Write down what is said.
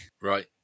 right